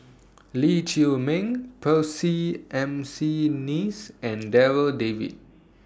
Lee Chiaw Meng Percy M C Neice and Darryl David